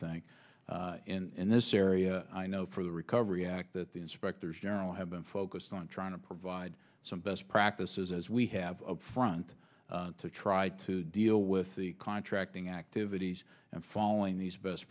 think in this area i know from the recovery act that the inspectors general have been focused on trying to provide some best practices as we have up front to try to deal with the contracting activities and following these best